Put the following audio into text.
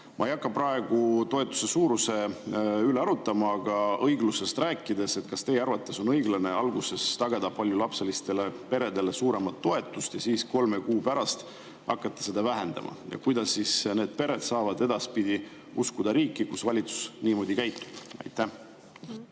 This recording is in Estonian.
Ma ei hakka praegu toetuse suuruse üle arutama, aga õiglusest rääkides: kas teie arvates on õiglane alguses [lubada] paljulapselistele peredele suurem toetus ja kolme kuu pärast hakata seda vähendama? Kuidas siis need pered saavad edaspidi uskuda riiki, mille valitsus niimoodi käitub? Aitäh!